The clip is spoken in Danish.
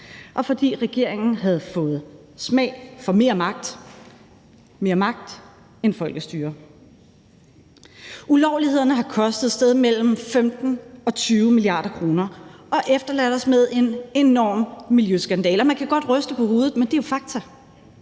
og fordi regeringen havde fået smag for mere magt – mere magt end folkestyre. Ulovlighederne har kostet et sted mellem 15 og 20 mia. kr. og efterladt os med en enorm miljøskandale. Og man kan godt ryste på hovedet, men det er fakta.